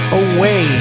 away